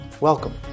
Welcome